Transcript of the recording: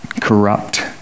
corrupt